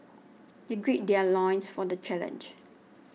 they gird their loins for the challenge